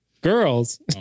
girls